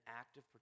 active